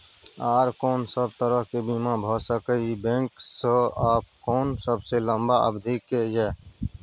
आर कोन सब तरह के बीमा भ सके इ बैंक स आ कोन सबसे लंबा अवधि के ये?